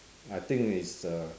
I think it's a